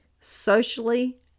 socially